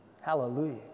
Hallelujah